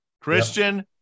Christian